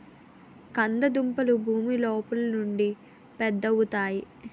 కంద దుంపలు భూమి లోపలుండి పెద్దవవుతాయి